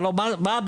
הלא מה הבדיקות?